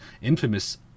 infamous